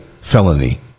felony